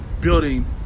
building